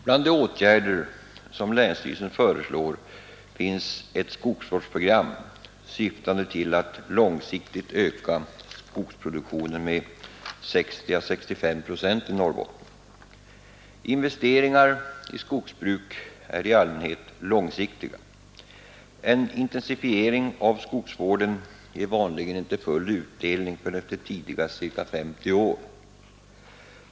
Bland de åtgärder som länsstyrelsen föreslår finns ett skogsvårdsprogram syftande till att långsiktigt öka skogsproduktionen med 60—65 procent i Norrbotten. Investeringar i skogsbruk är i allmänhet långsiktiga. En intensifiering av skogsvården ger vanligen inte full utdelning förrän efter tidigast ca 50 år.